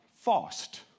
fast